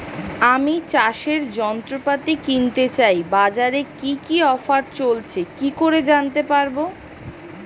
আমি চাষের যন্ত্রপাতি কিনতে চাই বাজারে কি কি অফার চলছে কি করে জানতে পারবো?